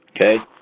Okay